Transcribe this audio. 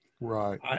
Right